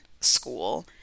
school